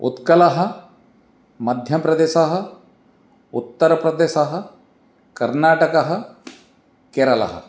उत्कलः मध्यप्रदेशः उत्तरप्रदेशः कर्नाटकः केरलः